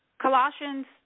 Colossians